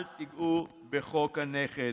אל תיגעו בחוק הנכד,